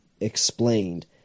explained